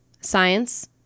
science